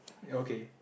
okay